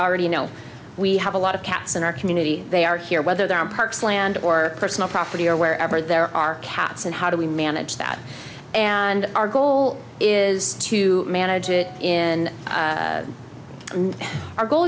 already know we have a lot of cats in our community they are here whether they're in parks land or personal property or wherever there are cats and how do we manage that and our goal is to manage it in our goal